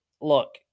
look